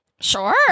sure